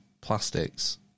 plastics